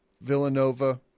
Villanova